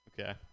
Okay